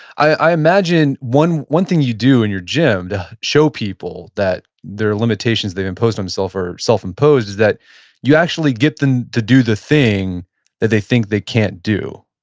i imagine one one thing you do in your gym to show people that their limitations they imposed on themself are self-imposed is that you actually get them to do the thing that they think they can't do.